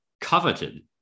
coveted